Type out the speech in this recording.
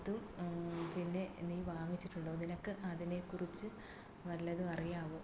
തും പിന്നെ നീ വാങ്ങിച്ചിട്ടുണ്ടോ നിനക്ക് അതിനെക്കുറിച്ച് വല്ലതും അറിയാമോ